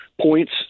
points